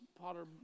Potter